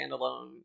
standalone